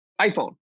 iPhone